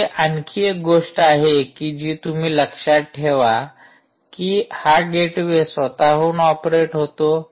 तेथे आणखी एक गोष्ट आहे कि जी तुम्ही लक्षात ठेवा कि हा गेटवे स्वतःहून ऑपरेट होतो